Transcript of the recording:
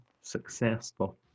successful